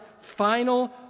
final